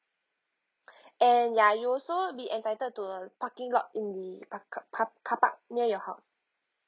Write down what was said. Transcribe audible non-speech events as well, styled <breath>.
<breath> and ya you also be entitled to a parking lot in the pa~ ca~ park car park near your house